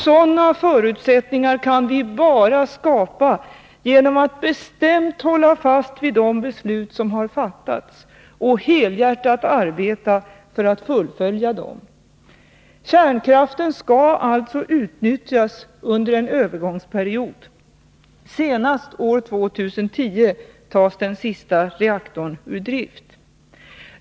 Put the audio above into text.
Sådana förutsättningar kan vi bara skapa genom att bestämt hålla fast vid de beslut som har fattats och helhjärtat arbeta för att fullfölja dem. Kärnkraften skall alltså utnyttjas under en övergångsperiod. Senast år 2010 tas den sista reaktorn ur drift.